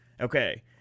Okay